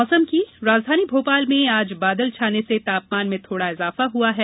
मौसम राजधानी भोपाल में आज बादल छाने से तापमान में थोड़ा इजाफा हुआ है